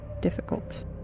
difficult